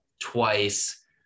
twice